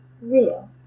real